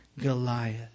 Goliath